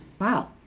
Wow